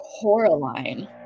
Coraline